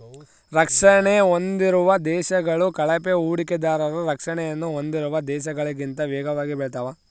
ರಕ್ಷಣೆ ಹೊಂದಿರುವ ದೇಶಗಳು ಕಳಪೆ ಹೂಡಿಕೆದಾರರ ರಕ್ಷಣೆಯನ್ನು ಹೊಂದಿರುವ ದೇಶಗಳಿಗಿಂತ ವೇಗವಾಗಿ ಬೆಳೆತಾವೆ